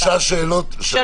שלוש שאלות.